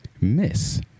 Miss